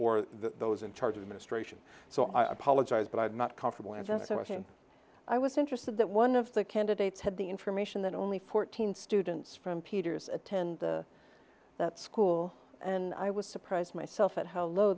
or those in charge of administration so i apologize but i'm not comfortable and i was interested that one of the candidates had the information that only fourteen students from pieter's attend that school and i was surprised myself at how low